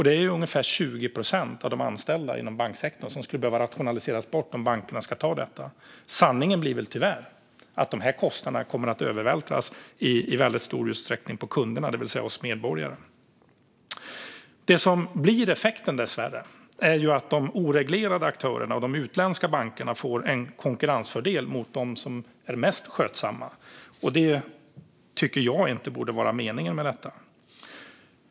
Men ungefär 20 procent av de anställda inom banksektorn skulle behöva rationaliseras bort om bankerna ska ta detta, och sanningen är väl tyvärr att dessa kostnader i väldigt stor utsträckning kommer att övervältras på kunderna, det vill säga oss medborgare. Det som dessvärre blir effekten är att de oreglerade aktörerna och de utländska bankerna får en konkurrensfördel gentemot dem som är mest skötsamma. Det tycker jag inte borde vara meningen med detta.